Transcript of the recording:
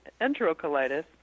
enterocolitis